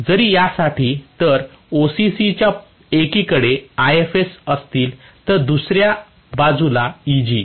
जरी या साठी तर OCC च्या एकीकडे Ifs असतील तर दुसर्या बाजूला Eg